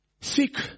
Seek